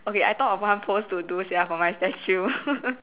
okay I thought of one pose to do sia for my statue